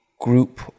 group